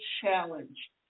challenge